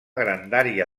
grandària